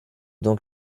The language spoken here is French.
donc